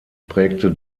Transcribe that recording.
prägte